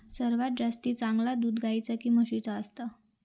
सर्वात जास्ती चांगला दूध गाईचा की म्हशीचा असता?